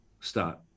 start